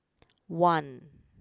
one